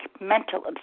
mental